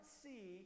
see